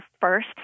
first